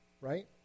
right